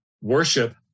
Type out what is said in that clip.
worship